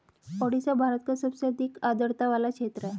ओडिशा भारत का सबसे अधिक आद्रता वाला क्षेत्र है